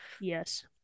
Yes